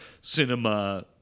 cinema